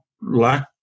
lack